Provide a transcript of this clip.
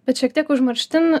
bet šiek tiek užmarštin